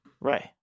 Right